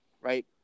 right